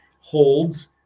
holds